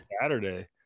Saturday